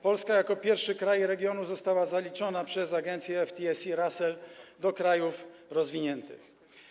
Polska jako pierwszy kraj regionu została zaliczona przez agencję FTSE Russell do krajów rozwiniętych.